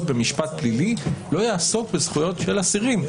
במשפט פלילי לא יעסוק בזכויות של אסירים.